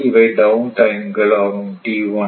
இவை down time கள் ஆகும் t1